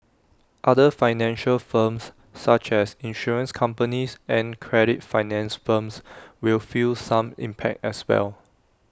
other financial firms such as insurance companies and credit finance firms will feel some impact as well